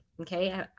Okay